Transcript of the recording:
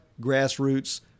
grassroots